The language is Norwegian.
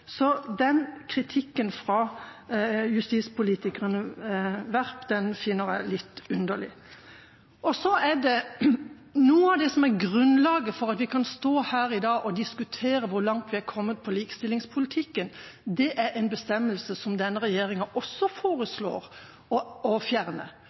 Så den kritikken fra justispolitikeren Werp finner jeg litt underlig. Noe av det som er grunnlaget for at vi kan stå her i dag og diskutere hvor langt vi er kommet i likestillingspolitikken, er en bestemmelse som denne regjeringen også foreslår å fjerne,